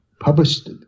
published